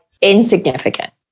insignificant